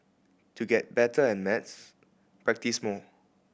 to get better at maths practise more